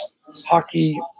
hockey